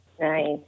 Nice